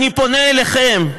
אני פונה אליכם,